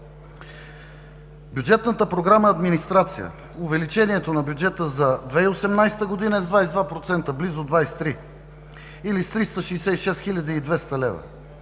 Бюджетната програма „Администрация“ – увеличението на бюджета за 2018 г. е с 22%, близо 23, или с 366 200 лв.